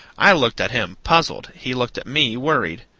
i looked at him, puzzled, he looked at me, worried.